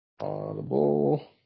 Audible